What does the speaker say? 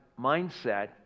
mindset